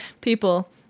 people